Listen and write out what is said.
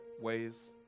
ways